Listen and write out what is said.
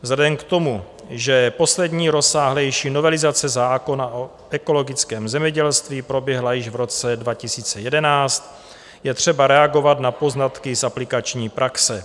Vzhledem k tomu, že poslední rozsáhlejší novelizace zákona o ekologickém zemědělství proběhla již v roce 2011, je třeba reagovat na poznatky z aplikační praxe.